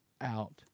out